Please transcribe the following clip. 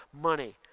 money